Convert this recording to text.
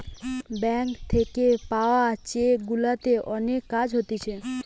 bank থাকে পাওয়া cheque গুলাতে অনেক কাজ হতিছে